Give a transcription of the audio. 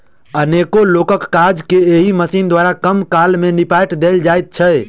अनेको लोकक काज के एहि मशीन द्वारा कम काल मे निपटा देल जाइत छै